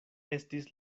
estis